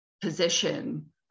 position